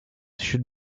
should